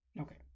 Okay